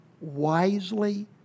wisely